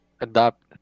adapt